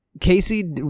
Casey